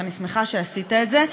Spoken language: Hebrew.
ואני שמחה שעשית את זה.